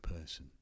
person